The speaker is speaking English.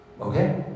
Okay